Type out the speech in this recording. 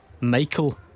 Michael